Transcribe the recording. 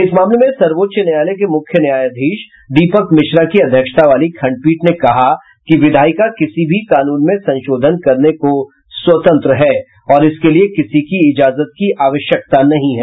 इस मामले में सर्वोच्च न्यायालय के मुख्य न्यायाधीश दीपक मिश्रा की अध्यक्षता वाली खंडपीठ ने कहा कि विधायिका किसी भी कानून में संशोधन करने को स्वतंत्र है और इसके लिये किसी की इजाजत की आवश्यकता नहीं है